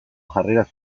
jarrera